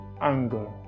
anger